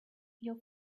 your